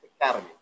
academy